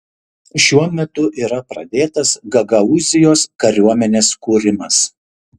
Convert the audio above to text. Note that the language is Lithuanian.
šiuo metu yra pradėtas gagaūzijos kariuomenės kūrimas